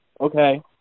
okay